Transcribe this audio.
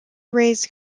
raise